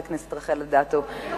חברת הכנסת רחל אדטו,